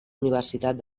universitat